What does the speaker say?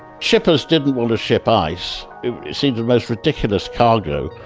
shippers didn't want to ship ice. it seems the most ridiculous cargo.